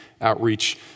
Outreach